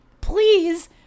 please